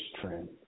trend